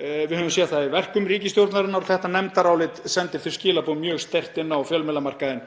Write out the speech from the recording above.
Við höfum séð það í verkum ríkisstjórnarinnar og þetta nefndarálit sendir þau skilaboð mjög sterkt inn á fjölmiðlamarkaðinn